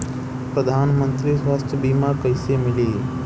प्रधानमंत्री स्वास्थ्य बीमा कइसे मिली?